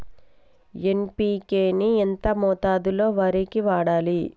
NPK ని ఎంత మోతాదులో వరికి వాడాలి?